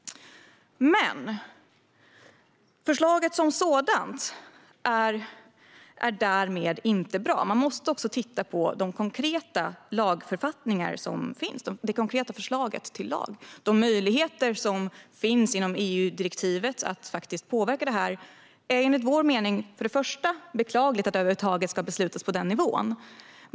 Men det är inte så att förslaget som sådant därmed är bra. Man måste också titta på det konkreta lagförslag som finns. Enligt vår mening är det för det första beklagligt att detta över huvud taget ska beslutas på EU-nivå.